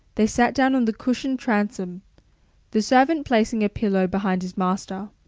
they sat down on the cushioned transom the servant placing a pillow behind his master.